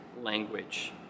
language